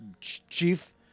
Chief